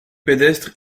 pédestre